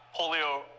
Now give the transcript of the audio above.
polio